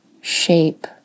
shape